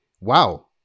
Wow